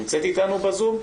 נמצאת אתנו בזום.